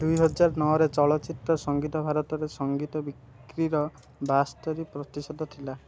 ଦୁଇ ହଜାର ନଅରେ ଚଳଚ୍ଚିତ୍ର ସଂଗୀତ ଭାରତରେ ସଂଗୀତ ବିକ୍ରିର ବାସ୍ତରୀ ପ୍ରତିଶତ ଥିଲା